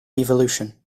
evolution